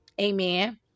amen